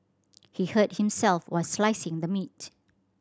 he hurt himself while slicing the meat